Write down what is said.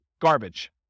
garbage